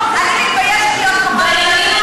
להתנהגות מסוכנת.